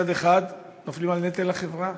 מצד אחד נופלים לנטל על החברה,